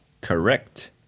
Correct